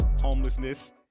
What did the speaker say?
homelessness